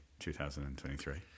2023